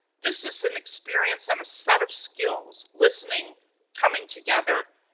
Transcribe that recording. this is an experience and a set of skills listening coming together,